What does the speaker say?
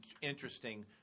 interesting